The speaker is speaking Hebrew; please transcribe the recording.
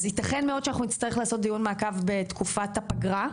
אז ייתכן מאוד שאנחנו נצטרך לעשות דיון מעקב בתקופת הפגרה,